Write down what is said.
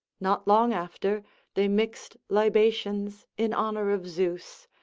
not long after they mixed libations in honour of zeus,